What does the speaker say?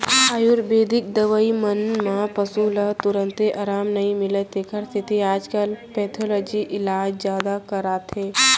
आयुरबेदिक दवई मन म पसु ल तुरते अराम नई मिलय तेकर सेती आजकाल एलोपैथी इलाज जादा कराथें